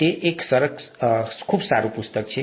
તે પણ એક સરસ પુસ્તક છે